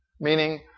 meaning